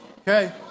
Okay